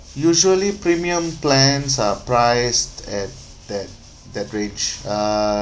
usually premium plans are priced at that that range uh